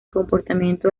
comportamiento